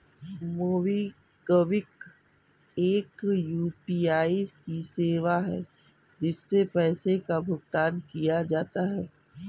MobiKwik एक UPI की सेवा है, जिससे पैसे का भुगतान किया जाता है